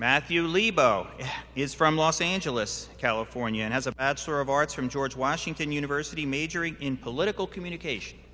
matthew is from los angeles california and has a sort of arts from george washington university majoring in political communication